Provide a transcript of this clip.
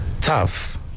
tough